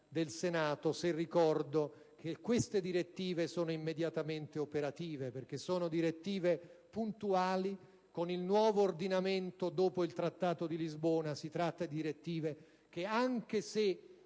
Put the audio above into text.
del Senato se ricordo che queste direttive sono immediatamente operative perché sono puntuali. Con il nuovo ordinamento, dopo il Trattato di Lisbona, si tratta di direttive che, anche se